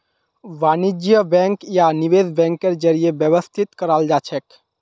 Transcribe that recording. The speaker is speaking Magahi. वाणिज्य बैंक या निवेश बैंकेर जरीए व्यवस्थित कराल जाछेक